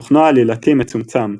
תוכנו העלילתי מצומצם,